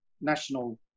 national